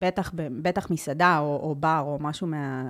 בטח מסעדה או בר או משהו מה...